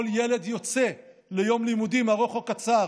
כל ילד יוצא ליום לימודים ארוך או קצר